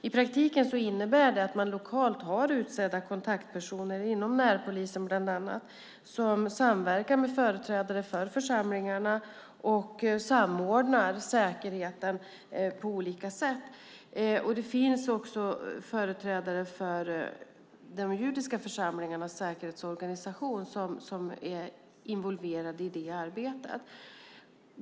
I praktiken innebär det att man lokalt har utsedda kontaktpersoner inom bland annat närpolisen som samverkar med företrädare för församlingarna och samordnar säkerheten på olika sätt. Också företrädare för de judiska församlingarnas säkerhetsorganisation är involverade i det arbetet.